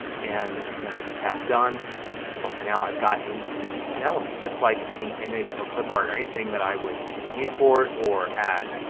and then i can tap done and now i've got an element just like any image or clipart or anything that i would import or add.